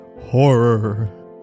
horror